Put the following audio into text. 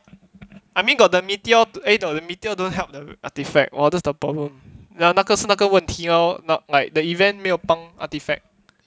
I mean got the meteor eh the meteor don't help the artefacts oh that's the problem 那个是那个问题 lor not like the event 没有帮 artefacts